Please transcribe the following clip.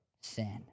Sin